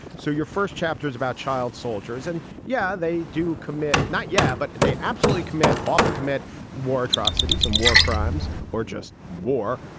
so your first chapter is about child soldiers and yeah they do commit not yeah but they absolutely commit often commit war atrocities and war crimes or just war.